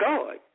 God